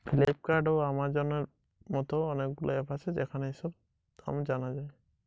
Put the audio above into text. জবা ফুলের বাজার দর মোবাইলে কি করে জানা যায়?